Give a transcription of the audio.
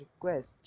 request